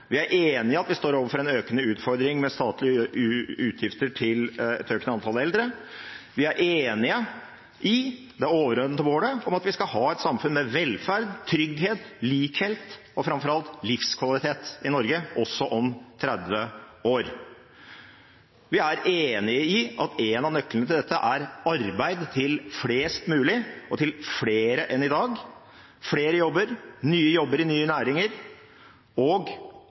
Vi er enig i at vi står overfor en økende utfordring med statlige utgifter til et økende antall eldre. Vi er enig i det overordnede målet om at vi skal ha et samfunn med velferd, trygghet, likhet og framfor alt livskvalitet i Norge, også om 30 år. Vi er enig i at en av nøklene til dette er arbeid til flest mulig og til flere enn i dag – flere jobber, nye jobber i nye næringer og,